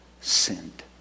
sinned